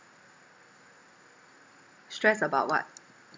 stressed about what ha oh